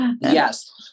Yes